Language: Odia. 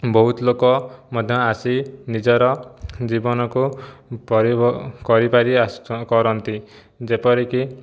ବହୁତ ଲୋକ ମଧ୍ୟ ଆସି ନିଜର ଜୀବନକୁ ପରିବ କରିପାରି କରନ୍ତି ଯେପରିକି